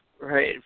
Right